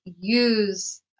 use